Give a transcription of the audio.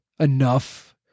enough